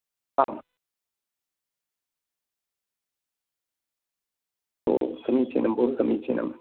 आम् ओ समीचिनं बहु समीचिनं